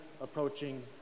approaching